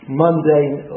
mundane